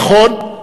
נכון,